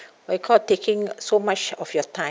what you call taking so much of your time